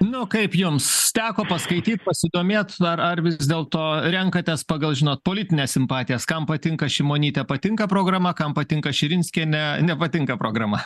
nu kaip jums teko paskaityt pasidomėt ar vis dėlto renkatės pagal žinot politines simpatijas kam patinka šimonytė patinka programa kam patinka širinskienė nepatinka programa